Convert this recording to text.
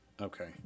Okay